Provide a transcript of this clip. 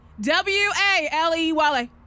W-A-L-E-Wale